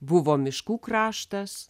buvo miškų kraštas